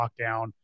lockdown